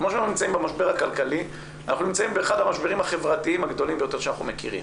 כמו שאנחנו נמצאים במשבר הכלכלי אחד המשברים החברתיים הכי גדולים שיש,